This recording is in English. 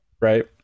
right